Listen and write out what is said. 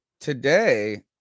Today